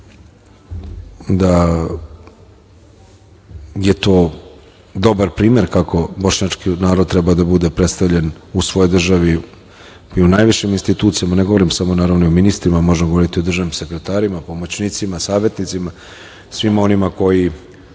da je to dobar primer kako Bošnjački narod treba da bude predstavljen u svojoj državi i u najvišim institucijama, ne govorim samo o ministrima, možemo govoriti o državnim pomoćnicima, sekretarima, savetnicima, svima onima koji